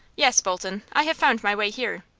yes, bolton, i have found my way here.